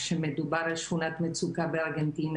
כשמדובר על שכונת מצוקה בארגנטינה,